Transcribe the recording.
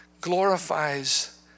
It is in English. glorifies